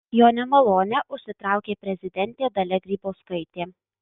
jo nemalonę užsitraukė prezidentė dalia grybauskaitė